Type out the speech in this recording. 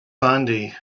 sandy